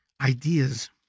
ideas